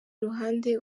ruhande